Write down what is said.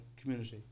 community